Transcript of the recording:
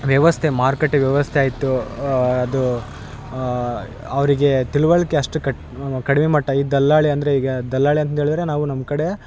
ವ್ಯವಸ್ಥೆ ಮಾರ್ಕಟ್ಟೆ ವ್ಯವಸ್ಥೆ ಆಯಿತು ಅದು ಅವಿರಗೆ ತಿಳುವಳಿಕೆ ಅಷ್ಟು ಕಟ್ ಕಡ್ಮೆ ಮಟ್ಟ ಈ ದಲ್ಲಾಳಿ ಅಂದರೆ ಈಗ ದಲ್ಲಾಳಿ ಅಂದೇಳಿದರೆ ನಾವು ನಮ್ಮ ಕಡೆ